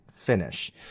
finish